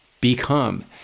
become